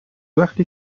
وقتی